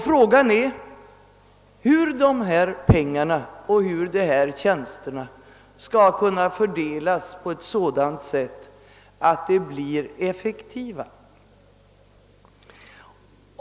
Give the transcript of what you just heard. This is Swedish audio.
Frågan är hur dessa pengar och tjänster skall kunna fördelas så att de blir effektiva.